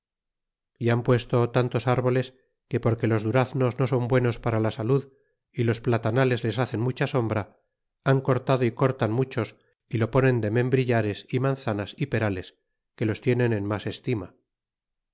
y han puesto tantos árboles que porque los duraznos no son buenos para la salud y los platanales les hacen mucha sombra han cortado y cortan muchos y lo ponen de membrillares y manzanas y perales que los tienen en mas estima